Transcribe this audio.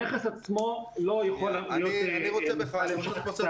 הנכס עצמו לא יכול להיות מופעל להמשך ---.